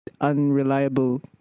unreliable